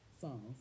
songs